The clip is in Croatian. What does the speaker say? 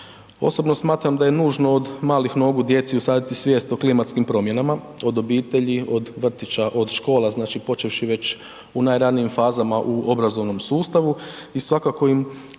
Osobno smatram da je nužno od malih nogu djeci usaditi svijest o klimatskim promjenama, od obitelji, od vrtića, od škola znači počevši već u najranijim fazama u obrazovnom sustavu i svakako im treba